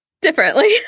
Differently